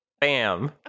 bam